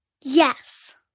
Yes